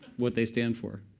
what they stand for,